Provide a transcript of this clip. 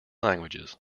languages